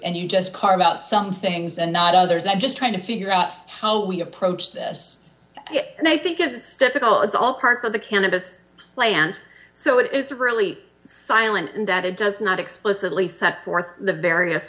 and you just carve out some things and not others i'm just trying to figure out how we approach this and i think it's difficult it's all part of the candidates play and so it is really silent in that it does not explicitly set forth the various